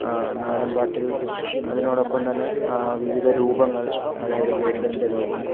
നാടൻപാട്ടിൽ അതിനോടൊപ്പം തന്നെ വിവിധ രൂപങ്ങൾ അതായത് ഗരുഡൻ്റെ രൂപം